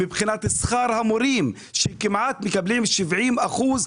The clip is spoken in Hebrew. מבחינת שכר המורים שמקבלים 70 אחוזים